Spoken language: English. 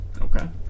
Okay